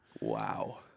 wow